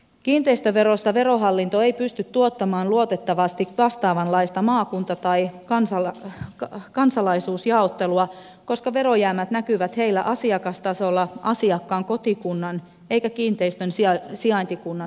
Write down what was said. kiinteistöverosta verohallinto ei pysty tuottamaan luotettavasti vastaavanlaista maakunta tai kansalaisuusjaottelua koska verojäämät näkyvät heillä asiakastasolla asiakkaan kotikunnan eikä kiinteistön sijaintikunnan mukaisesti